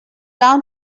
down